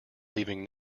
leaving